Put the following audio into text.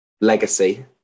Legacy